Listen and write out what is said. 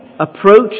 Approach